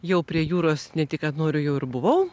jau prie jūros ne tik kad noriu jau ir buvau